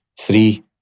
three